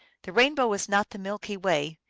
the rainbow is not the milky way,